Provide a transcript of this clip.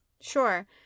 Sure